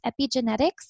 epigenetics